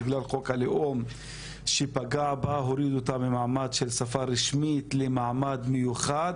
בגלל חוק הלאום שפגע בה והוריד אותה ממעמד של שפה רשמית ל"מעמד מיוחד".